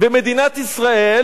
ומדינת ישראל,